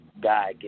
guy